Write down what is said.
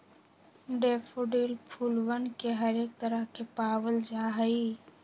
daffodil फूलवन के हरेक तरह के पावल जाहई